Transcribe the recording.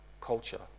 culture